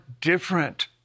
different